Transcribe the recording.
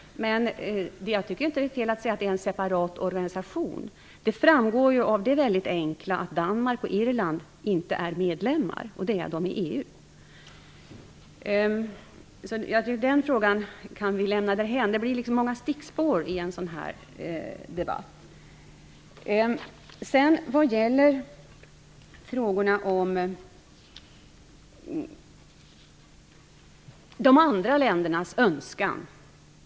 Men jag tycker inte att det är fel att säga att det är en separat organisation. Det framgår av det väldigt enkla faktumet att Danmark och Irland inte är medlemmar, vilket de är i EU. Men den frågan kan vi väl lämna därhän. Det blir ju så många stickspår i en sådan här debatt. Sedan till frågorna om de andra ländernas önskan.